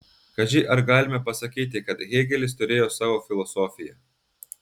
kaži ar galime pasakyti kad hėgelis turėjo savo filosofiją